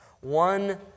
One